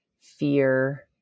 fear